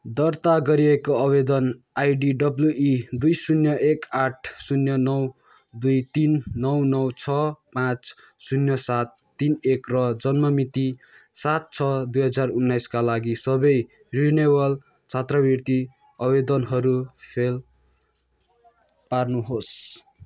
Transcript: दर्ता गरिएको आवेदन आईडी डब्लुई दुई शून्य एक आठ शून्य नौ दुई तिन नौ नौ छ पाचँ शून्य सात तिन एक र जन्म मिति सात छ दुई हजार उन्नाइसका लागि सबै रिनिवल छात्रवृत्ति आवेदनहरू फेल पार्नुहोस्